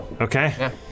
Okay